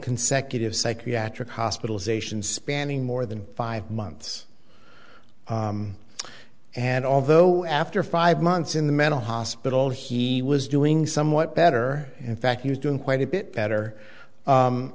consecutive psychiatric hospitalization spanning more than five months and although after five months in the mental hospital he was doing somewhat better in fact he was doing quite a bit better